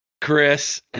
Chris